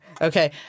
Okay